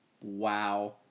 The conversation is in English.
Wow